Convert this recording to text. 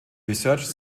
research